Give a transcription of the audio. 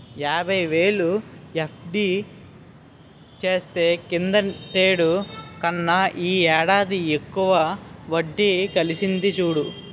యాబైవేలు ఎఫ్.డి చేస్తే కిందటేడు కన్నా ఈ ఏడాది ఎక్కువ వడ్డి కలిసింది చూడు